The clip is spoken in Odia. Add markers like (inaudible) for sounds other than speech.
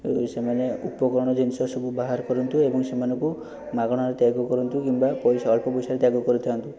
ସେମାନେ ଉପକରଣ ଜିନିଷ ସବୁ ବାହାର କରନ୍ତୁ ଏବଂ ସେମାନଙ୍କୁ ମାଗଣାରେ (unintelligible) କରନ୍ତୁ କିମ୍ବା ପଇସା ଅଳ୍ପ ପଇସାରେ ତ୍ୟାଗ କରନ୍ତୁ